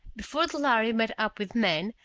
before the lhari met up with men,